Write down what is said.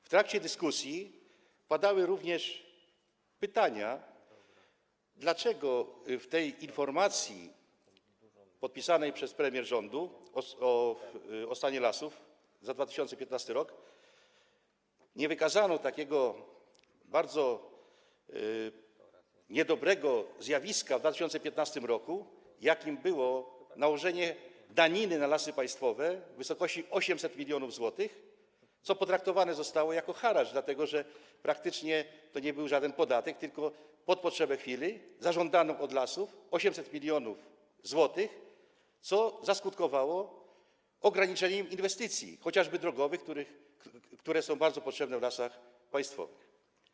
W trakcie dyskusji padały również pytania o to, dlaczego w tej informacji, podpisanej przez premier rządu, o stanie lasów za 2015 r. nie wykazano takiego bardzo niedobrego zjawiska w 2015 r., jakim było nałożenie daniny na Lasy Państwowe w wysokości 800 mln zł, co potraktowane zostało jako haracz, dlatego że praktycznie to nie był żaden podatek, tylko bowiem na potrzeby chwili zażądano od lasów tych 800 mln zł, co skutkowało ograniczeniem inwestycji chociażby drogowych, które są bardzo potrzebne w lasach państwowych.